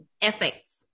effects